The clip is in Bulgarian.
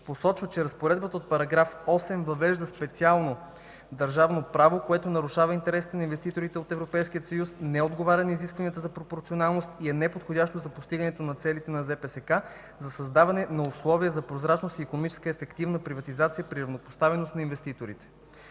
посочва, че разпоредбата от § 8 въвежда специално държавно право, което нарушава интересите на инвеститорите от Европейския съюз, не отговаря на изискванията за пропорционалност и е неподходящо за постигането на целите на Закона за приватизация и следприватизационен контрол за създаване на условия за прозрачна и икономически ефективна приватизация при равнопоставеност на инвеститорите.